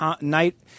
night